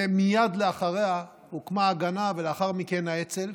מייד אחריה הוקמה ההגנה ולאחר מכן האצ"ל,